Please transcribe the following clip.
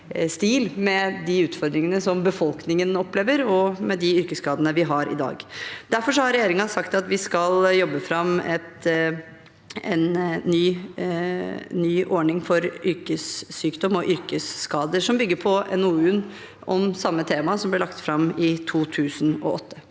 med de utfordringene som befolkningen opplever, og med de yrkesskadene vi har i dag. Derfor har regjeringen sagt at vi skal jobbe fram en ny ordning for yrkessykdom og yrkesskader, som bygger på NOU-en om samme tema som ble lagt fram i 2008.